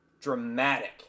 dramatic